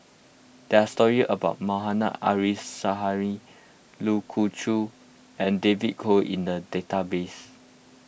there are stories about Mohammad Arif Suhaimi Lu Khoon Choy and David Kwo in the database